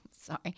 Sorry